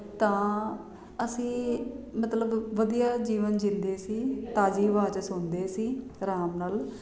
ਤਾਂ ਅਸੀਂ ਮਤਲਬ ਵਧੀਆ ਜੀਵਨ ਜੀਂਦੇ ਸੀ ਤਾਜ਼ੀ ਹਵਾ 'ਚ ਸੌਂਦੇ ਸੀ ਆਰਾਮ ਨਾਲ